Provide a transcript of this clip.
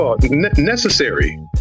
Necessary